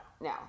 No